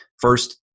first